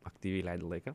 aktyviai leidi laiką